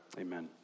amen